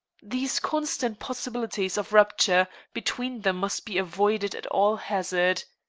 these constant possibilities of rupture between them must be avoided at all hazard.